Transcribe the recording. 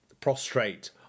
prostrate